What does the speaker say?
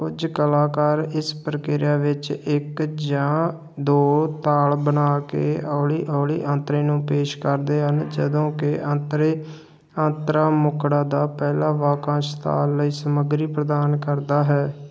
ਕੁਝ ਕਲਾਕਾਰ ਇਸ ਪ੍ਰਕਿਰਿਆ ਵਿੱਚ ਇੱਕ ਜਾਂ ਦੋ ਤਾਲ ਬਣਾ ਕੇ ਹੌਲੀ ਹੌਲੀ ਅੰਤਰੇ ਨੂੰ ਪੇਸ਼ ਕਰਦੇ ਹਨ ਜਦੋਂ ਕਿ ਅੰਤਰੇ ਅੰਤਰਾ ਮੁੱਖੜਾ ਦਾ ਪਹਿਲਾ ਵਾਕੰਸ਼ ਤਾਲ ਲਈ ਸਮੱਗਰੀ ਪ੍ਰਦਾਨ ਕਰਦਾ ਹੈ